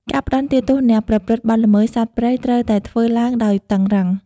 ការផ្តន្ទាទោសអ្នកប្រព្រឹត្តបទល្មើសសត្វព្រៃត្រូវតែធ្វើឡើងដោយតឹងរ៉ឹង។